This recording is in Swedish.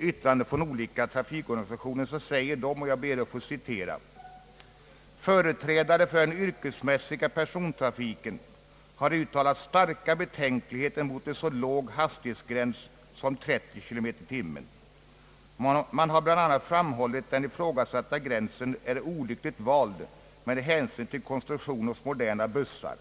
yttranden från olika trafikorganisationer, sagt: »Företrädare för den yrkesmässiga persontrafiken har uttalat starka betänkligheter mot en så låg hastighetsgräns som 30 km/tim. Man har bl.a. framhållit att den ifrågasatta gränsen är olyckligt vald med hänsyn till konstruktionen hos moderna bussar.